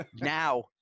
Now